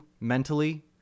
mentally